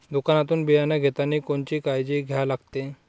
दुकानातून बियानं घेतानी कोनची काळजी घ्या लागते?